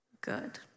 good